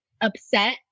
upset